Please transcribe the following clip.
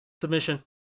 submission